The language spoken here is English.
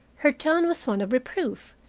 her tone was one of reproof,